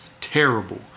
terrible